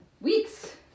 Weeks